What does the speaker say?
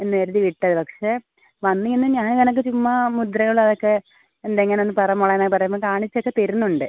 എന്ന് കരുതി വിട്ടത് പക്ഷെ വന്ന് നിന്ന് ഞാൻ ഇങ്ങനൊക്കെ ചുമ്മാ മുദ്രകൾ അതൊക്കെ എന്താ ഇങ്ങനെ പറ മോളേ എന്ന് പറയുമ്പോൾ കാണിച്ചൊക്കെ തരുന്നുണ്ട്